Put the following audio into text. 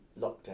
lockdown